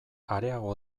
areago